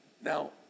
Now